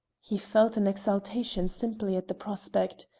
he felt an exaltation simply at the prospect.